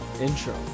intro